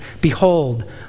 behold